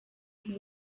and